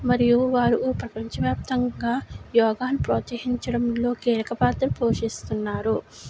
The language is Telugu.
మరియు వారు ప్రపంచ వ్యాప్తంగా యోగాని ప్రోత్సహించడంలో కీలకపాత్ర పోషిస్తున్నారు